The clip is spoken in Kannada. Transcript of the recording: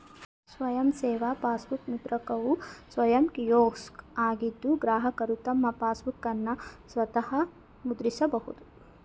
ಸ್ವಯಂ ಸೇವಾ ಪಾಸ್ಬುಕ್ ಮುದ್ರಕವು ಸ್ವಯಂ ಕಿಯೋಸ್ಕ್ ಆಗಿದ್ದು ಗ್ರಾಹಕರು ತಮ್ಮ ಪಾಸ್ಬುಕ್ಅನ್ನ ಸ್ವಂತ ಮುದ್ರಿಸಬಹುದು